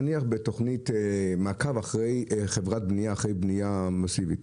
נניח בתכנית מעקב אחרי בנייה מאסיבית.